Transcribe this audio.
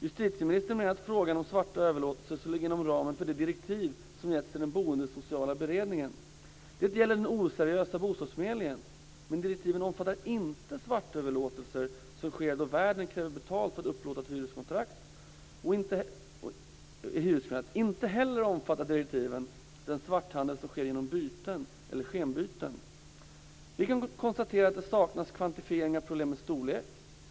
Justitieministern berörde frågan om svarta överlåtelser som ligger inom ramen för det direktiv som getts till den boendesociala beredningen. Det gäller den oseriösa bostadsförmedlingen, men direktiven omfattar inte svartöverlåtelser som sker då värden kräver betalt för att upplåta en hyresrätt. Inte heller omfattar direktiven den svarthandel som sker genom byten eller skenbyten. Vi kan konstatera att det saknas kvantifiering av problemets storlek.